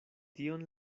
tion